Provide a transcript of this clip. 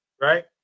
right